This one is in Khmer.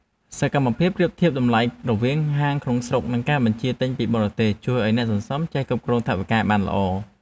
សកម្មភាពប្រៀបធៀបតម្លៃរវាងហាងក្នុងស្រុក និងការបញ្ជាទិញពីបរទេស ជួយឱ្យអ្នកសន្សំចេះគ្រប់គ្រងថវិកាបានល្អ។